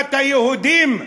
מדינת היהודים?